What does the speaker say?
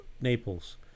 naples